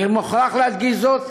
אני מוכרח להדגיש זאת,